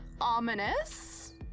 ominous